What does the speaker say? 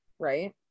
Right